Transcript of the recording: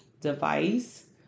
device